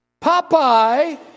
Popeye